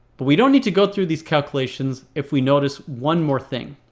but we don't need to go through these calculations if we notice one more thing.